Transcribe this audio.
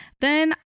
Then